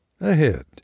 ahead